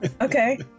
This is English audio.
Okay